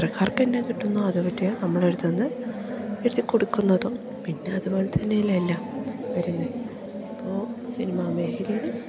ആർക്ക് എന്നാ കിട്ടുന്നോ അത് കിട്ടിയാൽ നമ്മൾ എഴുതുന്നതും എഴുതി കൊടുക്കുന്നതും പിന്നെ അതുപോലെ തന്നെ അല്ലേ എല്ലാം വരുന്നത് ഇപ്പോൾ സിനിമാ മേഖലയിൽ